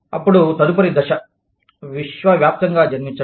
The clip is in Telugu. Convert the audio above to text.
అప్పుడు తదుపరి దశ విశ్వవ్యాప్తంగా జన్మించటం